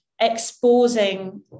exposing